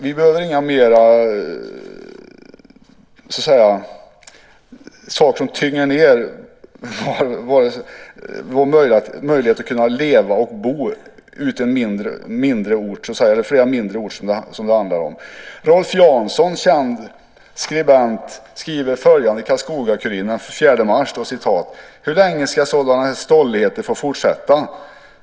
Vi behöver inte mer av sådant som tynger ned våra möjligheter att kunna leva och bo i en mindre ort. Rolf Jansson, känd skribent, skriver följande i Karlskoga Kuriren den 4 mars: "Hur länge ska sådana här stolligheter få fortsätta?